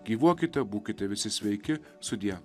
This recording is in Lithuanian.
gyvuokite būkite visi sveiki sudie